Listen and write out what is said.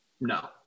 No